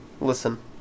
Listen